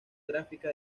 gráfica